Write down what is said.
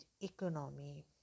economy